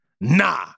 Nah